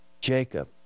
Jacob